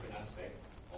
Aspects